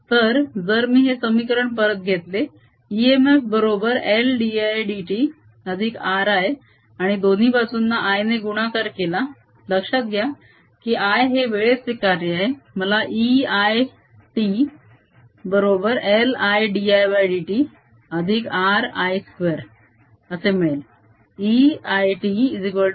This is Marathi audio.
तर जर मी हे समीकरण परत घेतले इइमएफ बरोबर LdIdt अधिक RI आणि दोन्ही बाजूंना I ने गुणाकार केला लक्षात घ्या की I हे वेळेचे कार्य आहे मला e I t बरोबर L I dIdt अधिक R I2